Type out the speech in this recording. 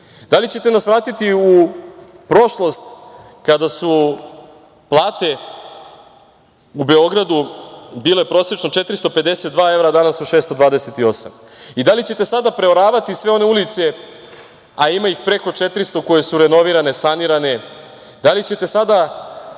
Da li ćete nas vratiti u prošlost kada su plate u Beogradu bile prosečno 452 evra, a danas su 628? Da li ćete sada preoravati sve one ulice, a ima ih preko 400 koje su renovirane, sanirane, da li ćete sada